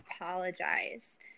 apologize